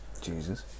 Jesus